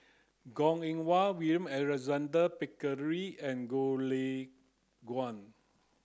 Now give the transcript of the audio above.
Goh Eng Wah William Alexander Pickering and Goh Lay Kuan